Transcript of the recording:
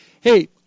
Hey